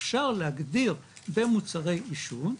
אפשר להגדיר במוצרי עישון,